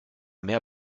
mehr